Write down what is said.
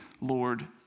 Lord